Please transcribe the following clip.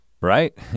right